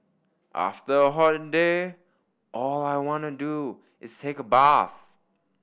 after a hot day all I want to do is take a bath